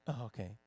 Okay